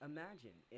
Imagine